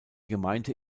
gemeinde